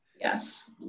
Yes